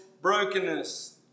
brokenness